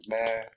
Man